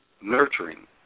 nurturing